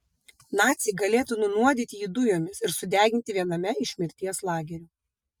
naciai galėtų nunuodyti jį dujomis ir sudeginti viename iš mirties lagerių